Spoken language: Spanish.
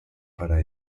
para